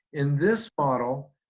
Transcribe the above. in this model,